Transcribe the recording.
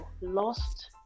Lost